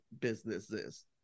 businesses